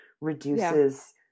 reduces